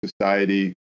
society